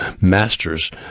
masters